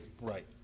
Right